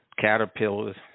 Caterpillars